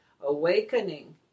awakening